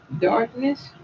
darkness